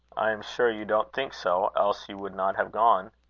i am sure you don't think so, else you would not have gone.